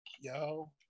yo